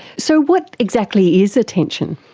so what exactly is attention?